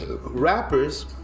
rappers